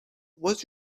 was